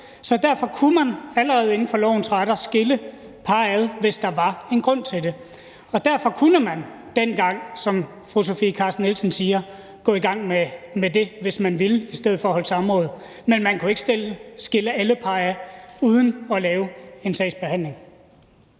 Så derfor kunne man allerede inden for lovens rammer skille par ad, hvis der var en grund til det. Og derfor kunne man dengang, som fru Sofie Carsten Nielsen sagde, gå i gang med det, hvis man ville – i stedet for at holde samråd. Men man kunne ikke skille alle par ad uden at lave en sagsbehandling.